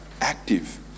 active